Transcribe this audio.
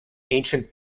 ancient